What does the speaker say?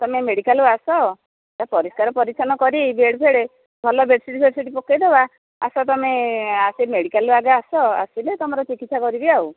ତୁମେ ମେଡିକାଲ୍କୁ ଆସ ପରିଷ୍କାର ପରିଚ୍ଛନ୍ନ କରି ବେଡ୍ ଫେଡ୍ ଭଲ ବେଡସିଟ୍ ଫେଡସିଟ୍ ପକେଇ ଦେବା ଆସ ତୁମେ ଆସ ମେଡିକାଲକୁ ଆସ ଆସିଲେ ତୁମର ଚିକିତ୍ସା କରିବି ଆଉ